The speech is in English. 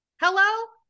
hello